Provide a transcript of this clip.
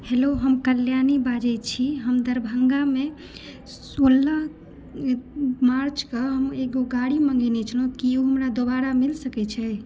hello हम कल्याणी बाजै छी हम दरभङ्गामे सोलह मार्चके हम एगो गाड़ी मँगेने छलहुँ की ओ हमरा दुबारा मिलि सकै छै